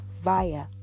via